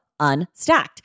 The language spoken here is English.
Unstacked